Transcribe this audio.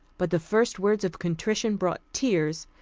but the first words of contrition brought tears,